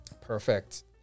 Perfect